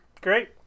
Great